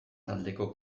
taldeko